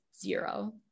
zero